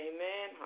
Amen